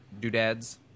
doodads